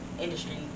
industry